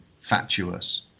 fatuous